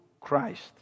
christ